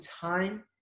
time